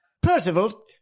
Percival